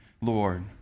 Lord